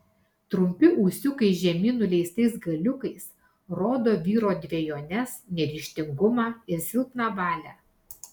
trumpi ūsiukai žemyn nuleistais galiukais rodo vyro dvejones neryžtingumą ir silpną valią